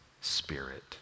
spirit